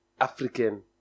African